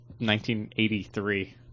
1983